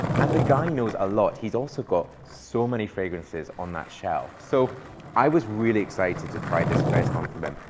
and the guy knows a lot. he's also got so many fragrances on that shelf. so i was really excited to try this first one from him.